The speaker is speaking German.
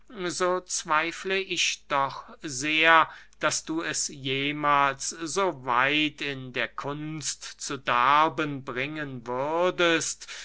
so zweifle ich doch sehr daß du es jemahls so weit in der kunst zu darben bringen würdest